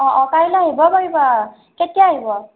অ' অ' কাইলে আহিব পাৰিবা কেতিয়া আহিব